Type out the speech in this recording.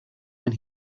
when